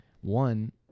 one